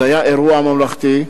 זה היה אירוע ממלכתי.